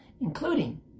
including